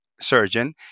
surgeon